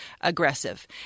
aggressive